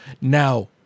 Now